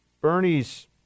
Bernie's